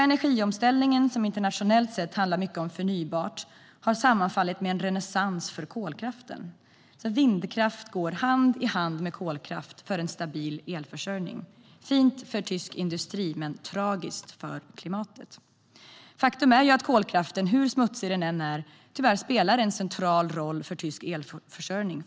Energiomställningen, som internationellt sett handlar mycket om förnybart, har i Tyskland sammanfallit med en renässans för kolkraften. Vindkraft går alltså hand i hand med kolkraft för en stabil elförsörjning. Det är fint för tysk industri men tragiskt för klimatet. Faktum är att kolkraften, hur smutsig den än är, tyvärr fortfarande spelar en central roll för tysk elförsörjning.